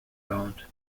round